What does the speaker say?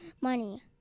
money